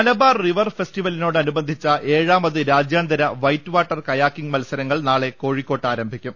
Malabar river ഫെസ്റ്റിവലിനോട് അനുബന്ധിച്ച ഏഴാമത് രാജ്യാന്തര വൈറ്റ് വാട്ടർ കയാക്കിങ് മത്സരങ്ങൾ നാളെ കോഴി ക്കോട്ട് ആരംഭിക്കും